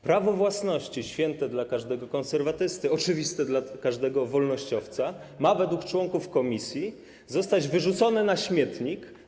Prawo własności - święte dla każdego konserwatysty, oczywiste dla każdego wolnościowca - ma według członków komisji zostać wyrzucone na śmietnik.